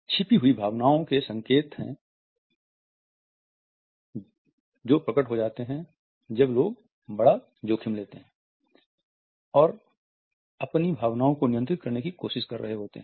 छिपी हुई भावनाओं के संकेत हैं प्रकट हो जाते हैं जब लोग बड़ा जोखिम लेते है और अपनी भावनाओं को नियंत्रित करने की कोशिश कर रहे होते हैं